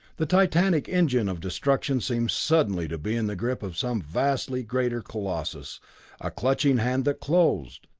the titanic engine of destruction seemed suddenly to be in the grip of some vastly greater colossus a clutching hand that closed!